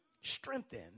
strengthen